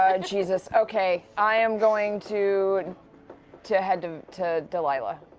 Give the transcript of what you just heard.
ah jesus. okay, i am going to to head to delilah.